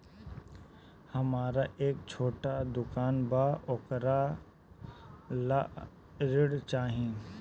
हमरा एक छोटा दुकान बा वोकरा ला ऋण चाही?